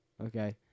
Okay